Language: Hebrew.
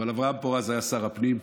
אבל אברהם פורז היה שר הפנים,